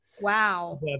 wow